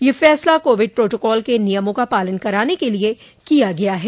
यह फैसला COVID protocol के नियमों का पालन कराने के लिये किया गया है